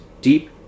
deep